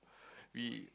y~